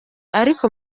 ariko